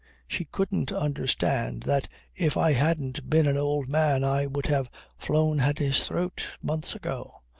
she couldn't understand that if i hadn't been an old man i would have flown at his throat months ago.